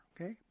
okay